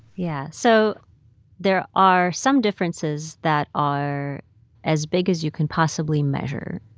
yeah. so there are some differences that are as big as you can possibly measure.